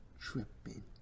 tripping